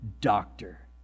doctor